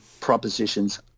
propositions